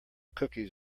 cookies